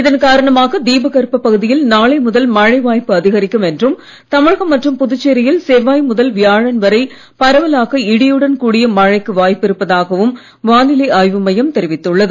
இதன் காரணமாக தீபகற்ப பகுதியில் நாளை முதல் மழை வாய்ப்பு அதிகரிக்கும் என்றும் தமிழகம் மற்றும் புதுச்சேரியில் செவ்வாய் முதல் வியாழன் வரை பரவலாக இடியுடன் கூடிய மழைக்கு வாய்ப்பு இருப்பதாகவும் வானிலை ஆய்வு மையம் தெரிவித்துள்ளது